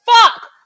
fuck